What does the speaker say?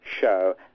show